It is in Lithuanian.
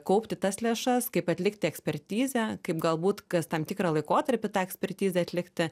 kaupti tas lėšas kaip atlikti ekspertizę kaip galbūt kas tam tikrą laikotarpį tą ekspertizę atlikti